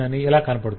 ఇలా కనపడుతుంది